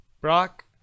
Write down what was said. Brock